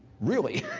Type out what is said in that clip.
really,